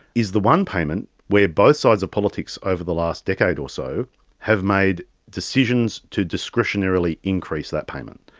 is the one payment where both sides of politics over the last decade or so have made decisions to discretionarily increase that payment.